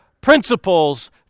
principles